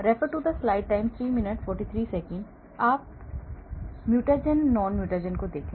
तो आप mutagen non mutagen देखें